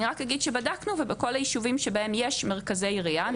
אני אגיד שבדקנו ובכלל היישובים שבהם יש מרכזי עירייה ,